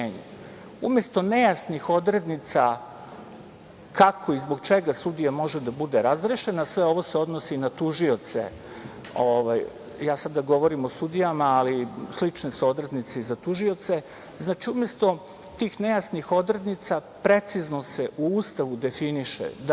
Umesto nejasnih odrednica kako i zbog čega sudija može da bude razrešen, a sve ovo se odnosi na tužioce, ja sada govorim o sudijama, ali slične su odrednice i za tužioce, precizno se u Ustavu definiše da